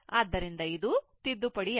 ಆದ್ದರಿಂದ ಇದು ತಿದ್ದುಪಡಿಯಾಗಿದೆ